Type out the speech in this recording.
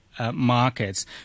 Markets